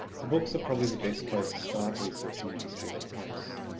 the books are probably the best place to start researching the history of a place.